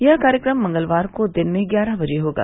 यह कार्यक्रम मंगलवार को दिन में ग्यारह बजे होगा